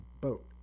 boat